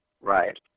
right